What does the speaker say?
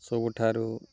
ସବୁଠାରୁ